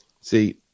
see